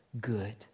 good